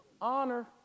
Honor